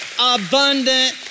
abundant